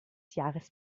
jahres